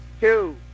two